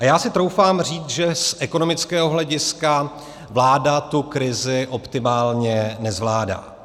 A já si troufám říct, že z ekonomického hlediska vláda tu krizi optimálně nezvládá.